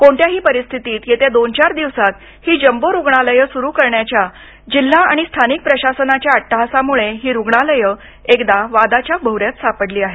कोणत्याही परिस्थितीत येत्या दोन चार दिवसात ही जंबो रुग्णालये सुरु करण्याच्या जिल्हा आणि स्थानिक प्रशासनाच्या अट्टाहासामुळं ही रुग्णालयं पुन्हा एकदा वादाच्या भोवऱ्यात सापडली आहेत